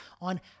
on